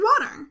water